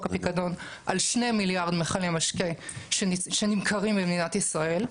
הפיקדון על שני מיליארד מכלי משקה שנמכרים במדינת ישראל.